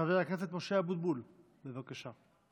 חבר הכנסת משה אבוטבול, בבקשה.